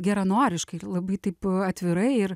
geranoriškai labai taip atvirai ir